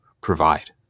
provide